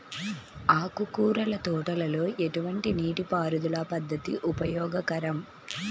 ఆకుకూరల తోటలలో ఎటువంటి నీటిపారుదల పద్దతి ఉపయోగకరం?